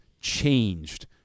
changed